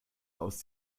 aus